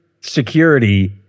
security